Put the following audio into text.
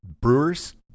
Brewers